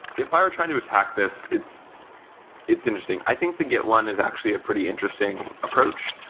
if i were trying to attack this, it's it's interesting. i think the git one is actually a pretty interesting approach,